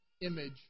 image